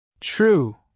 True